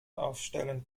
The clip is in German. aufstellen